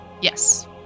Yes